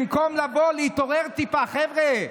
במקום לבוא, להתעורר טיפה, חבר'ה,